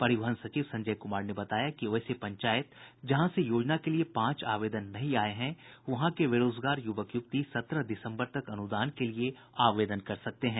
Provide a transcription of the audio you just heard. परिवहन सचिव संजय कुमार ने बताया कि वैसे पंचायत जहां से योजना के लिए पांच आवेदन नहीं आए हैं वहां के बेरोजगार युवक युवती सत्रह दिसम्बर तक अनुदान के लिए आवेदन कर सकते हैं